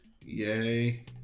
Yay